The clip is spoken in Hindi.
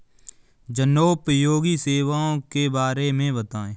जनोपयोगी सेवाओं के बारे में बताएँ?